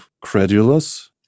credulous